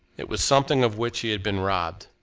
it was something of which he had been robbed,